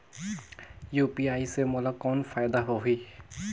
UPI से मोला कौन फायदा होही?